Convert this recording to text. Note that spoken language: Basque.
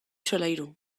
solairu